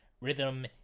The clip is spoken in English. rhythm